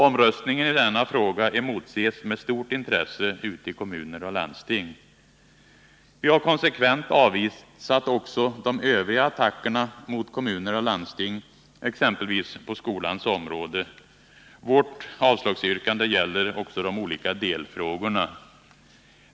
Omröstningen i denna fråga emotses med stort intresse ute i kommuner och landsting. Vi har konsekvent avvisat också de övriga attackerna mot kommuner och landsting, exempelvis på skolans område. Vårt avslagsyrkande gäller också de olika delfrågorna.